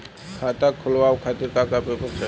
खाता खोलवाव खातिर का का पेपर चाही?